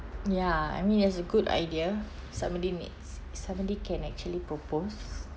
ya I mean that's a good idea somebody makes somebody can actually propose